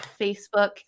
Facebook